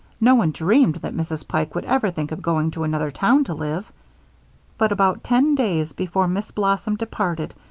no one dreamed that mrs. pike would ever think of going to another town to live but about ten days before miss blossom departed,